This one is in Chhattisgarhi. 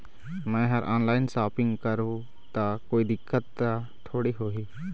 मैं हर ऑनलाइन शॉपिंग करू ता कोई दिक्कत त थोड़ी होही?